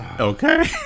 okay